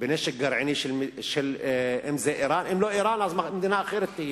בנשק גרעיני של אירן, ואם לא אירן אז מדינה אחרת.